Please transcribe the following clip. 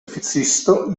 oficisto